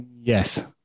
yes